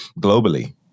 globally